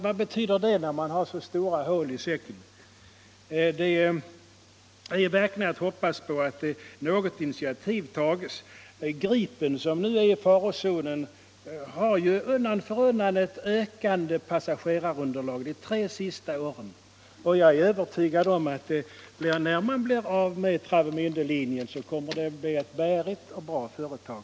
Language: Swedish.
Vad betyder det när man har så stora hål i säcken? Det är verkligen att hoppas att något initiativ tages. ”Gripen”, som nu är i farozonen, har ju undan för undan haft ett ökande passagerarunderlag de tre senaste åren. Jag är övertygad om att när man blir av med Travemiändelinjen kommer detta att bli ett bärigt och bra företag.